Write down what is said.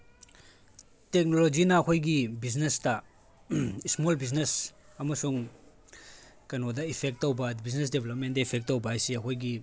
ꯇꯦꯛꯅꯣꯂꯣꯖꯤꯅ ꯑꯩꯈꯣꯏꯒꯤ ꯕꯤꯖꯤꯅꯦꯁꯇ ꯏꯁꯃꯣꯜ ꯕꯤꯖꯤꯅꯦꯁ ꯑꯃꯁꯨꯡ ꯀꯩꯅꯣꯗ ꯏꯐꯦꯛ ꯇꯧꯕ ꯕꯤꯖꯤꯅꯦꯁꯇ ꯗꯦꯕ꯭ꯂꯞꯃꯦꯟꯗ ꯏꯐꯦꯛ ꯇꯧꯕ ꯍꯥꯏꯕꯁꯤ ꯑꯩꯈꯣꯏꯒꯤ